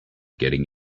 getting